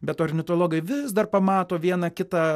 bet ornitologai vis dar pamato vieną kitą